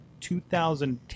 2010